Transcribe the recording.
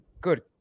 good